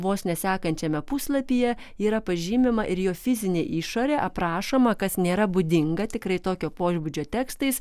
vos ne sekančiame puslapyje yra pažymima ir jo fizinė išorė aprašoma kas nėra būdinga tikrai tokio pobūdžio tekstais